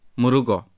murugo